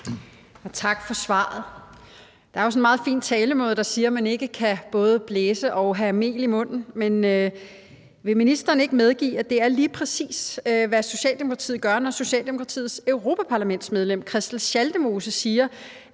Tak for svaret. Der er jo sådan en meget fin talemåde, der siger, at man ikke både kan blæse og have mel i munden. Men vil ministeren ikke medgive, at det er lige præcis, hvad Socialdemokratiet gør, når Socialdemokratiets europaparlamentsmedlem Christel Schaldemose siger,